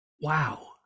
Wow